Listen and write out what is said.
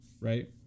right